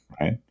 right